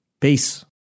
Peace